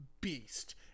beast